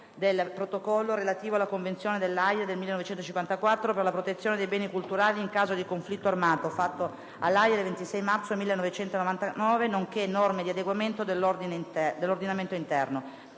del II Protocollo relativo alla Convenzione dell'Aja del 1954 per la protezione dei beni culturali in caso di conflitto armato, fatto a L'Aja il 26 marzo 1999, nonchè norme di adeguamento dell'ordinamento interno